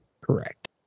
Correct